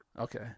Okay